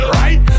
right